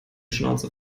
schnauze